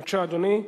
בבקשה, אדוני.